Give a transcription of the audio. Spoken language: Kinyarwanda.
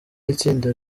itsinda